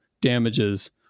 Damages